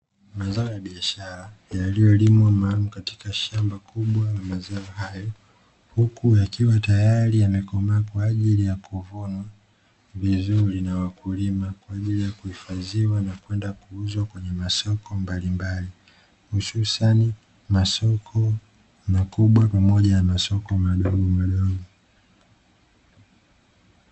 Mazao ya biashara, yaliyolimwa maalumu katika shamba kubwa la mazao hayo, huku yakiwa tayari yamekomaa kwa ajili ya kuvunwa vizuri na wakulima kwa ajili ya kuhifadhiwa na kwenda kuuzwa kwenye masoko mbalimbali hususani masoko makubwa pamoja na masoko madogomadogo.